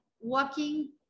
walking